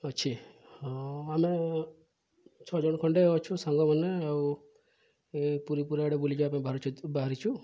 ଅଛି ହଁ ଆମେ ଛଅ ଜଣ ଖଣ୍ଡେ ଅଛୁ ସାଙ୍ଗମାନେ ଆଉ ପୁରୀ ପୁରା ଆଡ଼େ ବୁଲିଯିବା ପାଇଁ ବାହାରିଛୁ ବାହାରିଛୁ